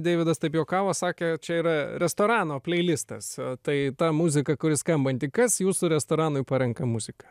deividas taip juokavo sakė čia yra restorano pleilistas tai ta muzika kuri skambanti kas jūsų restoranui parenka muziką